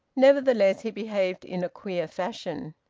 nevertheless he behaved in a queer fashion.